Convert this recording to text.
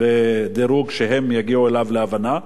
בדירוג שהן יגיעו אליו להבנתן,